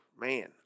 Man